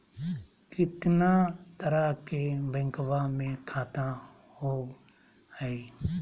कितना तरह के बैंकवा में खाता होव हई?